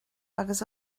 agus